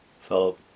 fellow